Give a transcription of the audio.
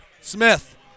Smith